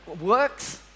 works